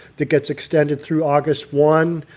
that gets extended through august one.